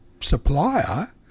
supplier